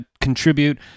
contribute